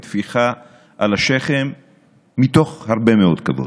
טפיחה על השכם מתוך הרבה מאוד כבוד.